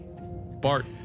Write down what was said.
Bart